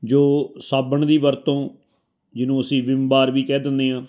ਜੋ ਸਾਬਣ ਦੀ ਵਰਤੋਂ ਜਿਹਨੂੰ ਅਸੀਂ ਵਿੰਮ ਬਾਰ ਵੀ ਕਹਿ ਦਿੰਦੇ ਹਾਂ